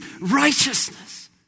righteousness